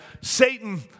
Satan